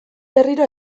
berriro